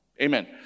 Amen